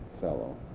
fellow